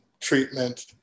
treatment